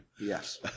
Yes